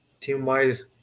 team-wise